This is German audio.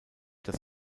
das